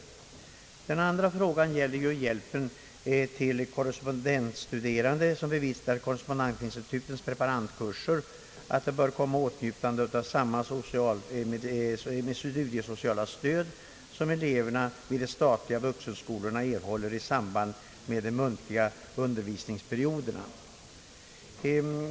I den andra frågan gäller, att korrespondensstuderande, som =:bevistar korrespondensinstitutens preparandkurser, bör åtnjuta samma studiesociala stöd som eleverna vid de statliga vuxenskolorna erhåller vid perioderna med muntlig undervisning.